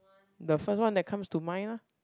the first one that comes to mind lah